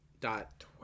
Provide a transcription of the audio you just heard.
dot